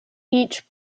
each